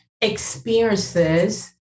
experiences